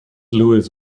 lewis